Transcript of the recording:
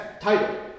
title